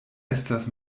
estas